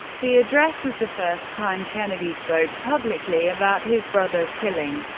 the address was the first time kennedy spoke publicly about his brother's killing.